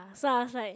so I was like